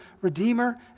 redeemer